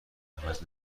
عوض